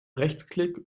rechtsklick